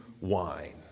wine